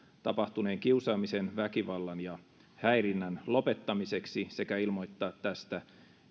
tapahtuneen kiusaamisen väkivallan ja häirinnän lopettamiseksi sekä ilmoittaa tästä